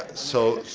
so,